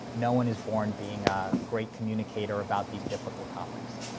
no one is born being a great communicator about these difficult topics.